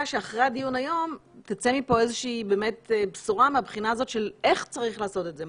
שאחרי הדיון היום תצא בשורה מהבחינה הזאת של איך צריך לעשות את זה,